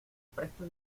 presto